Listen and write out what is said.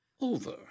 Over